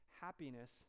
happiness